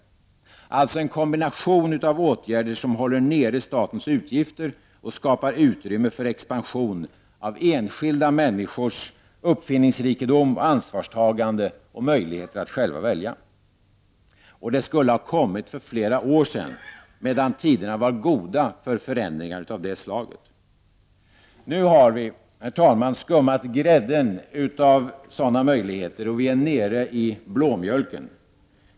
Det skulle alltså ha varit en kombination av åtgärder som håller nere statens utgifter och skapar utrymme för expansion av enskilda människors uppfinningsrikedom och ansvarstagande och deras möjligheter att själva välja. Och det förslaget skulle ha kommit för flera år sedan medan tiderna var goda för förändringar av det slaget. Herr talman! Nu har vi skummat grädden av sådana möjligheter och är nere i blåmjölken.